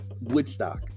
woodstock